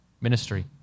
ministry